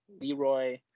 Leroy